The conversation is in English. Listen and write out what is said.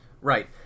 Right